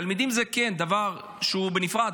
תלמידים זה דבר נפרד,